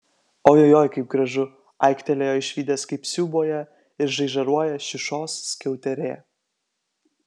ojojoi kaip gražu aiktelėjo išvydęs kaip siūbuoja ir žaižaruoja šiušos skiauterė